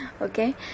Okay